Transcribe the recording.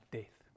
death